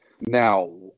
now